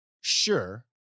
sure